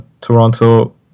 Toronto